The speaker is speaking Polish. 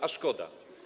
A szkoda.